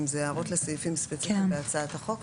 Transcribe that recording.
אם זה הערות לסעיפים ספציפיים בהצעת החוק,